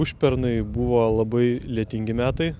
užpernai buvo labai lietingi metai